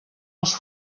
als